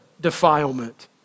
defilement